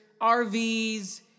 RVs